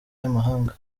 y’amahanga